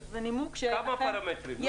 כמה פרמטרים, לא רק.